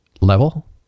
level